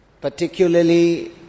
particularly